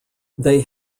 they